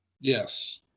Yes